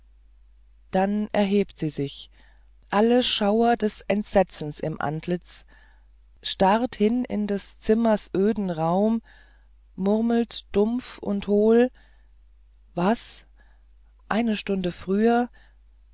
dann erhebt sie sich alle schauer des entsetzens im antlitz starrt hin in des zimmers öden raum murmelt dumpf und hohl was eine stunde früher